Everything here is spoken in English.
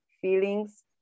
feelings